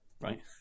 right